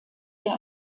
der